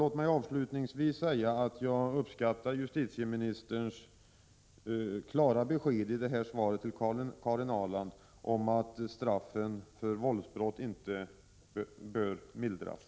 Låt mig avslutningsvis säga att jag uppskattar justitieministerns klara besked i svaret till Karin Ahrland om att straffen för våldsbrott inte bör mildras.